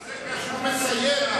מה זה קשור לממשלה?